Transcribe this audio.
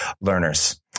learners